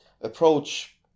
approach